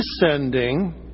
descending